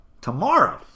Tomorrow